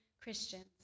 Christians